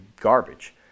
garbage